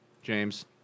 James